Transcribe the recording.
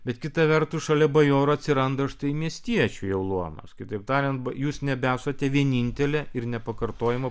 bet kita vertus šalia bajorų atsiranda štai miestiečių jau luomas kitaip tariant ba jūs nebesate vienintelė ir nepakartojama